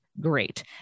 great